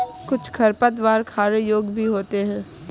कुछ खरपतवार खाने योग्य भी होते हैं